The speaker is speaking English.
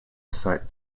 site